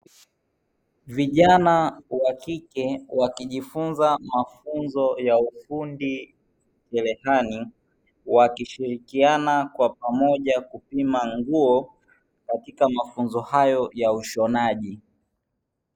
Vijana Wa kike wakijifunza mafunzo ya ufundi vyerehani wakishirikiana kwa pamoja kupima nguo katika mafunzo hayo ya ushonaji.